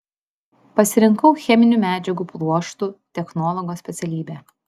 pasirinkau cheminių medžiagų pluoštų technologo specialybę